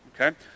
Okay